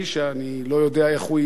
שאני לא יודע איך הוא יהיה,